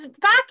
back